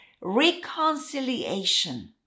reconciliation